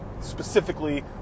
specifically